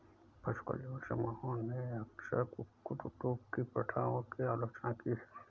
पशु कल्याण समूहों ने अक्सर कुक्कुट उद्योग की प्रथाओं की आलोचना की है